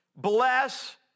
Bless